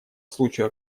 случаю